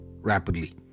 rapidly